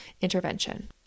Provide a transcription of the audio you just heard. intervention